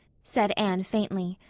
said anne faintly,